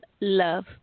love